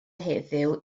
heddiw